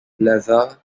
leather